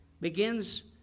begins